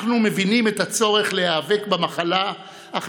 אנחנו מבינים את הצורך להיאבק במחלה אך